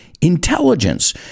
intelligence